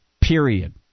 period